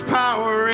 power